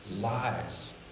lies